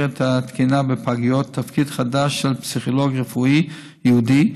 את התקינה בפגיות תפקיד חדש של פסיכולוג רפואי ייעודי,